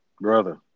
Brother